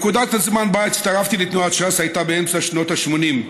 נקודת הזמן שבה הצטרפתי לתנועת ש"ס הייתה באמצע שנות ה-80,